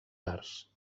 arts